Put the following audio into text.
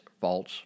false